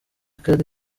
kari